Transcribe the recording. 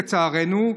לצערנו,